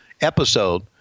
episode